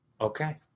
Okay